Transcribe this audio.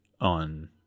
on